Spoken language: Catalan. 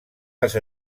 les